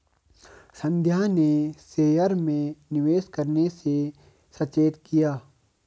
संध्या ने शेयर में निवेश करने से सचेत किया